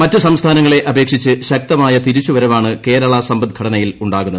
മറ്റു സംസ്ഥാനങ്ങളെ അപേക്ഷിച്ച് ശക്തമായ തിരിച്ചുവരവാണ് കേരള സമ്പദ്ഘടനയിലുണ്ടാകുന്നത്